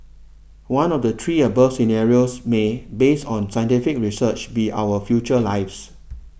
one of the three above scenarios may based on scientific research be our future lives